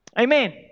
Amen